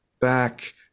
back